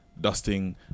Dusting